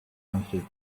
answered